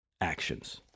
actions